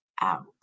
out